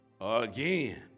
Again